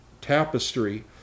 tapestry